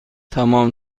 تمام